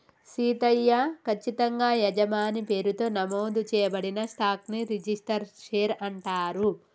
సీతయ్య, కచ్చితంగా యజమాని పేరుతో నమోదు చేయబడిన స్టాక్ ని రిజిస్టరు షేర్ అంటారు